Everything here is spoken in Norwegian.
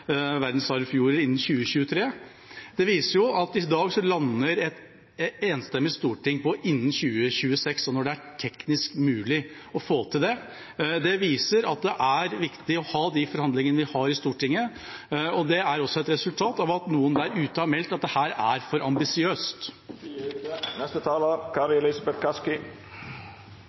verdensarvfjorder innen 2023, lander i dag et enstemmig storting på innen 2026, og når det er teknisk mulig å få det til. Det viser at det er viktig å ha de forhandlingene vi har i Stortinget, og det er også et resultat av at noen der ute har meldt at dette er for ambisiøst